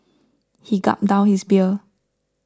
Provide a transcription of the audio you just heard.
he gulped down his beer